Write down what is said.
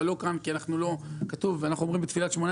אבל לא כאן כי אנחנו אומרים בתפילת שמונה